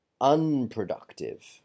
unproductive